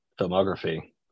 filmography